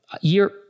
year